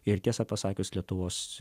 ir tiesą pasakius lietuvos